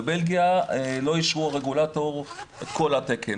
בבלגיה לא אישר הרגולטור את כל התקן,